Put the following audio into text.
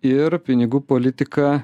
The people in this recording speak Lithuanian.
ir pinigų politika